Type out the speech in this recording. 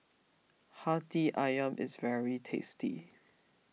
Hati Ayam is very tasty